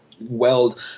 weld